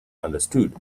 understood